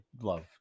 love